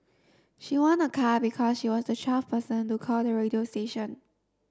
she won a car because she was the twelfth person to call the radio station